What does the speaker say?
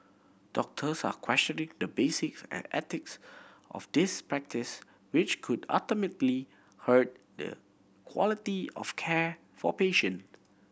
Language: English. doctors are questioning the basis and ethics of this practice which could ultimately hurt the quality of care for patient